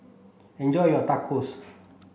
enjoy your Tacos